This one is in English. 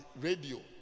radio